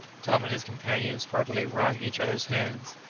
tom and his companions heartily wrung each other's hands,